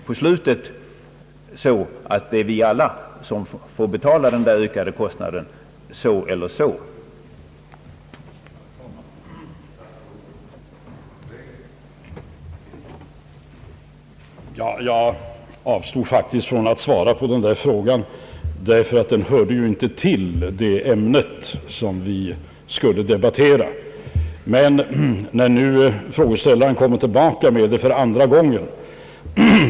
På slutet blir det ju vi alla som får betala den där ökade kostnaden på ett eller annat sätt.